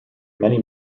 many